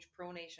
pronation